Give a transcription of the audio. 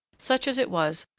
such as it was,